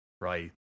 right